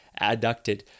adducted